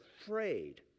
afraid